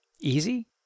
Easy